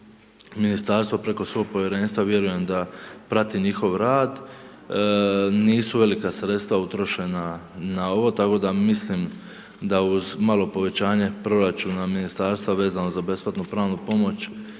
ministarstvo preko svog povjerenstva vjerujem da prati njihov rad, nisu velika sredstva utrošena na ovo tako da mislim da uz malo povećanje proračuna ministarstva vezano za besplatnu pravnu pomoć